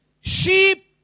Sheep